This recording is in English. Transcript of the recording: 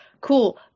Cool